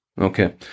Okay